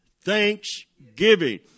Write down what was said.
thanksgiving